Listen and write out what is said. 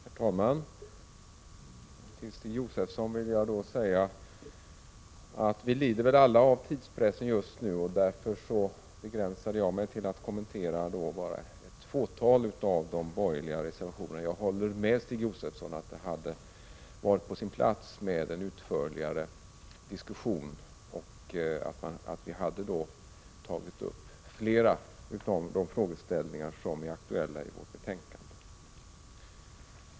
Herr talman! Till Stig Josefson vill jag säga att vi lider väl alla av tidspress just nu. Därför begränsade jag mig till att kommentera bara ett fåtal av de borgerliga reservationerna. Jag håller med Stig Josefson om att det hade varit på sin plats med en utförligare diskussion och att vi då hade tagit upp flera av de frågeställningar som är aktuella i utskottets betänkande.